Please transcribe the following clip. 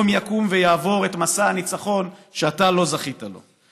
קום יקום ויעבור את מסע הניצחון שאתה לא זכית לו.